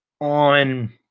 On